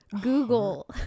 google